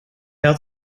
had